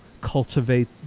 cultivate